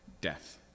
death